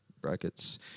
brackets